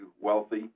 wealthy